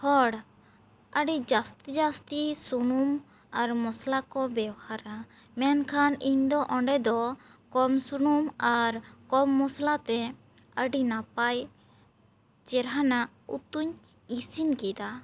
ᱦᱚᱲ ᱟᱹᱰᱤ ᱡᱟᱹᱥᱛᱤ ᱡᱟᱹᱥᱛᱤ ᱥᱩᱱᱩᱢ ᱟᱨ ᱢᱚᱥᱞᱟ ᱠᱚ ᱵᱮᱣᱦᱟᱨᱟ ᱢᱮᱱᱠᱷᱟᱱ ᱤᱧ ᱫᱚ ᱚᱸᱰᱮ ᱫᱚ ᱠᱚᱢ ᱥᱩᱱᱩᱢ ᱟᱨ ᱠᱚᱢ ᱢᱚᱥᱞᱟ ᱛᱮ ᱟᱹᱰᱤ ᱱᱟᱯᱟᱭ ᱪᱮᱦᱨᱟ ᱱᱟᱜ ᱩᱛᱩᱧ ᱤᱥᱤᱱ ᱠᱮᱫᱟ